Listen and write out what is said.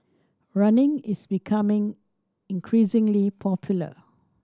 running is becoming increasingly popular